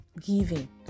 Giving